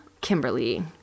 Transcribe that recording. Kimberly